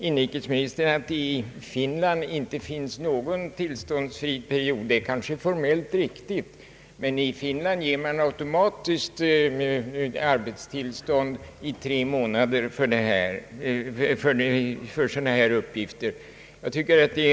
Inrikesministern sade här att det i Finland inte finns någon tillståndsfri period. Detta är kanske formellt riktigt, men i Finland ger man automatiskt arbetstillstånd i tre månader för sådana här uppdrag. Skillnaden är här rent formell, förefaller det mig.